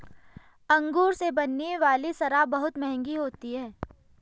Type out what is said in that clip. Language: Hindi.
अंगूर से बनने वाली शराब बहुत मँहगी होती है